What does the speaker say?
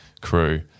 crew